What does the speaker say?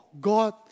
God